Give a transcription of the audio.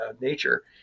nature